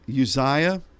Uzziah